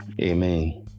Amen